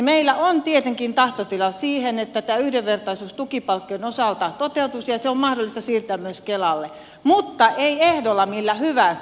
meillä on tietenkin tahtotila siihen että tämä yhdenvertaisuus tukipalkkion osalta toteutuisi ja se on mahdollista siirtää myös kelalle mutta ei ehdolla millä hyvänsä